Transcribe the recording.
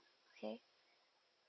okay